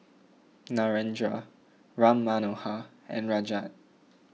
Narendra Ram Manohar and Rajat